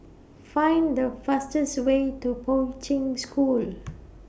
Find The fastest Way to Poi Ching School